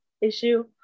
issue